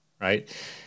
Right